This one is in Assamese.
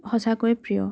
সঁচাকৈয়ে প্ৰিয়